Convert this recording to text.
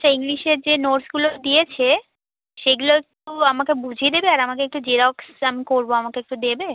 আচ্ছা ইংলিশের যে নোটসগুলো দিয়েছে সেগুলো একটু আমাকে বুঝিয়ে দেবে আর আমাকে একটু জেরক্স আমি করবো আমাকে একটু দেবে